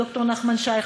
ד"ר נחמן שי,